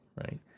right